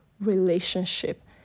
relationship